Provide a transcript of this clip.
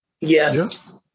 Yes